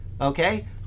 okay